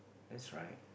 that's right